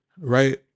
right